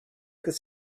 this